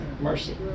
mercy